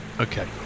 Okay